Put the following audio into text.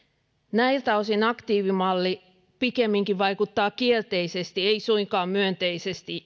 näiltä osin aktiivimalli pikemminkin vaikuttaa kielteisesti ei suinkaan myönteisesti